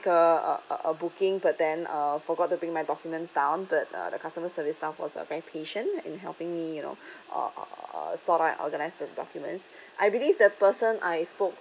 uh uh a booking but then uh forgot to bring my documents down but the customer service staff was uh very patient in helping me you know uh uh sort out organise the documents I believe the person I spoke